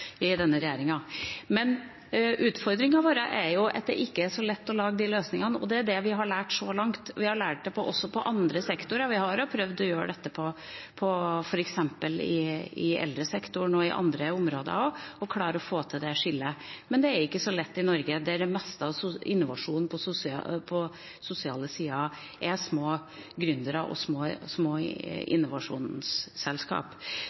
i denne regjeringa. Men utfordringen vår er at det ikke er så lett å lage de løsningene. Det er det vi har lært så langt. Vi har lært det også på andre sektorer, vi har prøvd å gjøre dette i f.eks. eldresektoren og på andre områder også, å klare å få til det skillet. Men det er ikke så lett i Norge, der det meste av innovasjonen på den sosiale siden er små gründere og små